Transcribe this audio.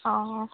অঁ